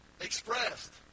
expressed